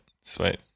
Sweet